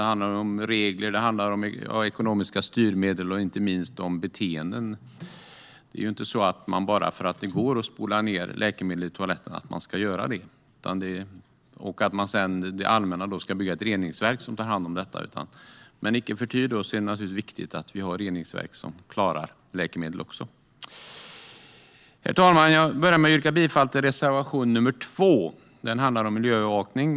Det handlar om regler, om ekonomiska styrmedel och inte minst om beteenden. Det är ju inte så att man bara för att det går att spola ned läkemedel i toaletten ska göra det och att det allmänna ska bygga ett reningsverk som tar hand om detta. Men det är naturligtvis viktigt att vi har reningsverk som klarar läkemedel också. Herr talman! Jag börjar med att yrka bifall till reservation nr 2, som handlar om miljöövervakning.